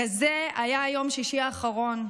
כזה היה יום שישי האחרון,